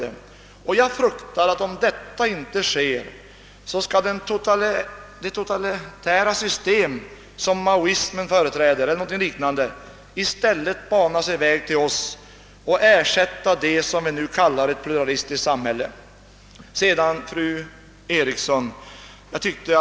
I annat fall fruktar jag att det totalitära system som t.ex. maoismen innebär i stället kommer att bana sig väg till oss och ersätta det som vi nu kallar ett pluralistiskt samhälle. Så några ord till fru Eriksson i Stockholm.